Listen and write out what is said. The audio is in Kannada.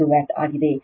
5 ವ್ಯಾಟ್ ಆಗಿದೆ